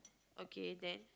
okay then